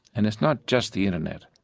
and it's not just the internet.